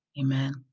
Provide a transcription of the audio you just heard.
Amen